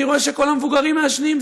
אני רואה שכל המבוגרים מעשנים,